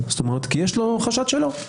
כי יש לו חשד שלו,